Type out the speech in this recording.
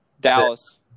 Dallas